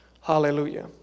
Hallelujah